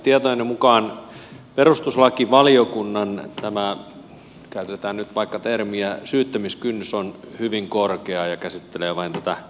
tietojeni mukaan perustuslakivaliokunnan käytetään nyt vaikka tätä termiä syyttämiskynnys on hyvin korkea ja käsittelee vain tätä juridista puolta